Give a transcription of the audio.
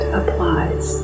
applies